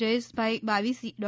Jayeshbhai Bavisi Dr